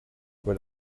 when